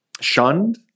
shunned